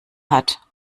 hat